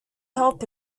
help